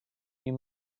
you